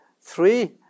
three